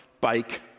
bike